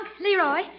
Leroy